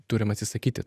turim atsisakyti